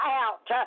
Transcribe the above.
out